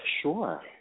sure